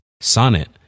Sonnet